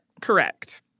Correct